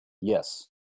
Yes